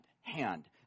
hand